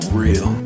real